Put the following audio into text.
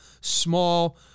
small